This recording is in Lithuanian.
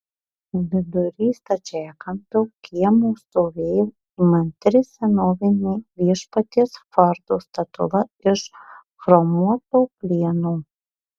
vidury stačiakampio kiemo stovėjo įmantri senovinė viešpaties fordo statula iš chromuoto plieno